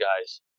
guys